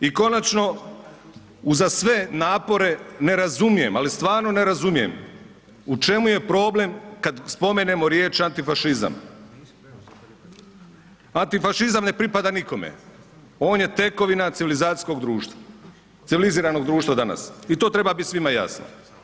I konačno, uza sve napore ne razumijem, ali stvarno ne razumijem u čemu je problem kad spomenemo riječ antifašizam, antifašizam ne pripada nikome, on je tekovina civilizacijskog društva, civiliziranog društva danas i to treba bit svima jasno.